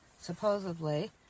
supposedly